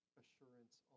assurance